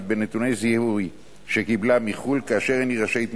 בין נתוני זיהוי שקיבלה מחו"ל כאשר אין היא רשאית,